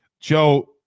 Joe